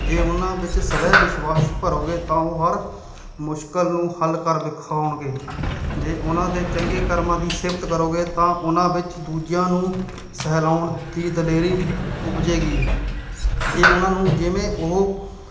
ਜੇ ਉਹਨਾਂ ਵਿੱਚ ਸਵੈ ਵਿਸ਼ਵਾਸ ਭਰੋਗੇ ਤਾਂ ਉਹ ਹਰ ਮੁਸ਼ਕਲ ਨੂੰ ਹੱਲ ਕਰ ਵਿਖਾਉਣਗੇ ਜੇ ਉਹਨਾਂ ਦੇ ਚੰਗੇ ਕਰਮਾਂ ਦੀ ਸਿਫਤ ਕਰੋਗੇ ਤਾਂ ਉਹਨਾਂ ਵਿੱਚ ਦੂਜਿਆਂ ਨੂੰ ਸਹਿਲਾਉਣ ਦੀ ਦਲੇਰੀ ਉਪਜੇਗੀ ਜੇ ਉਹਨਾਂ ਨੂੰ ਜਿਵੇਂ ਉਹ